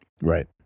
Right